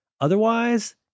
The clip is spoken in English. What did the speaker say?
Otherwise